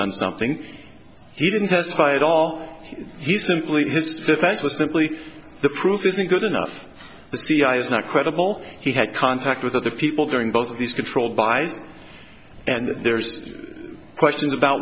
done something he didn't testify at all he simply this defense was simply the proof isn't good enough the cia is not credible he had contact with other people during both of these controlled by and there's questions about